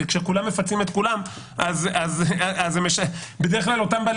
כי כשכולם מפצים את כולם אז זה בדרך כלל אותם בעלי